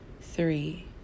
three